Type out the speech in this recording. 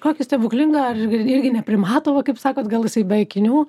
kokį stebuklingą ar irgi neprimato va kaip sakot gal jisai be akinių